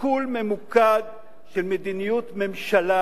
סיכול ממוקד של מדיניות ממשלה,